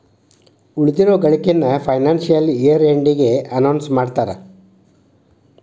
ಉಳಿದಿರೋ ಗಳಿಕೆನ financial year ಎಂಡಿಗೆ ಅನೌನ್ಸ್ ಮಾಡ್ತಾರಾ